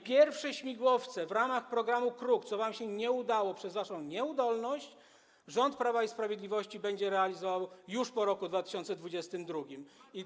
Pierwsze śmigłowce w ramach programu „Kruk”, co wam się nie udało przez waszą nieudolność, rząd Prawa i Sprawiedliwości będzie realizował już po roku 2022.